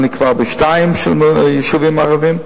אני כבר בשני יישובים ערביים,